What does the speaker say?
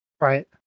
Right